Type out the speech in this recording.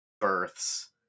births